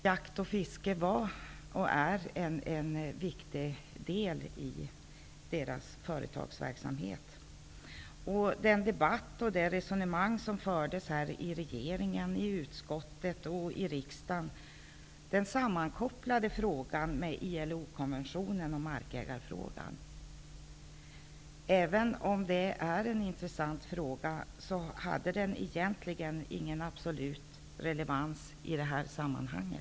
Jakt och fiske var och är en viktig del i deras företagsverksamhet. Den debatt och det resonemang som fördes i regeringen, i utskottet och i riksdagen sammankopplade den frågan med ILO konventionen om markägarfrågan. Även om det är en intressant fråga, hade den egentligen ingen absolut relevans i det här sammanhanget.